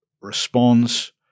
responds